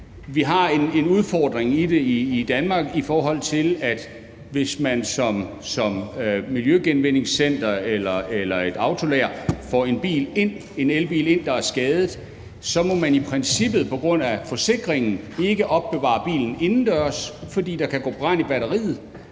Vi har en udfordring med det i Danmark, i forhold til hvis man som et miljø- og genvindingscenter eller som et autolager får en elbil ind, som er skadet, for så må man i princippet på grund af forsikringen ikke opbevare bilen indendørs, fordi der kan gå brand i batteriet.